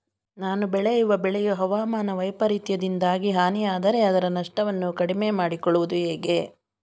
ನಾನು ಬೆಳೆಯುವ ಬೆಳೆಯು ಹವಾಮಾನ ವೈಫರಿತ್ಯದಿಂದಾಗಿ ಹಾನಿಯಾದರೆ ಅದರ ನಷ್ಟವನ್ನು ಕಡಿಮೆ ಮಾಡಿಕೊಳ್ಳುವುದು ಹೇಗೆ?